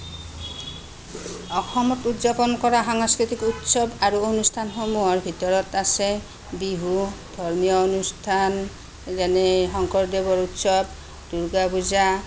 অসমত উদযাপন কৰা সাংস্কৃতিক উৎসৱ আৰু অনুষ্ঠানসমূহৰ ভিতৰত আছে বিহু ধৰ্মীয় অনুষ্ঠান যেনে শংকৰদেৱৰ উৎসৱ দুৰ্গা পূজা